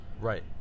Right